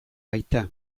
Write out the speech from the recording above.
baita